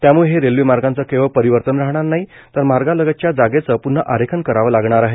त्याम्ळे हे रेल्वे मार्गाचे केवळ परिवर्तन राहणार नाही तर मार्गालगतच्या जागेचे प्न्हा आरेखन करावे लागणार आहे